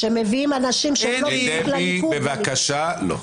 245. כשמביאים אנשים --- דבי, בבקשה, לא.